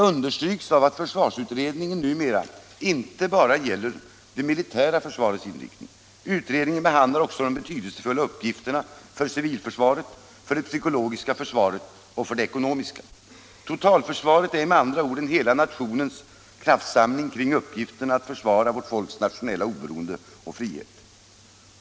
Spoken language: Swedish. Det understryks av att försvarsutredningen numera inte bara gäller det militära försvarets inriktning — utredningen behandlar också de betydelsefulla uppgifterna för civilförsvaret, för det psykologiska försvaret liksom för det ekonomiska. Totalförsvaret är med andra ord en hela nationens kraftsamling kring uppgiften att försvara vårt folks nationella oberoende och frihet.